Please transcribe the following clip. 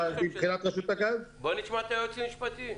ברשותכם אציג את הנושא השני.